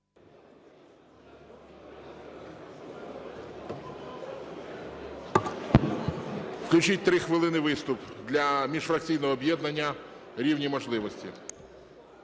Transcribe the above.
Включіть три хвилини виступ для міжфракційного об'єднання "Рівні можливості".